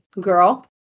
girl